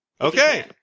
Okay